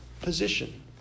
position